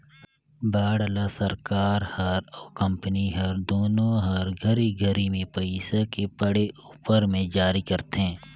bond ल सरकार हर अउ कंपनी हर दुनो हर घरी घरी मे पइसा के पड़े उपर मे जारी करथे